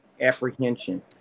apprehension